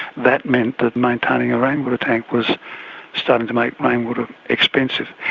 that meant that maintaining a rainwater tank was starting to make rainwater expensive.